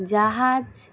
জাহাজ